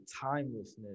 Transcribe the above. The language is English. timelessness